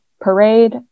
parade